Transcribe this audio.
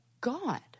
God